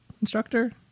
instructor